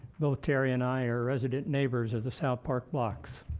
both terry and i are resident neighbors of the south park blocks.